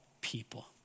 people